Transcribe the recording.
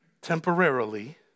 temporarily